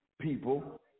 people